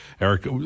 Eric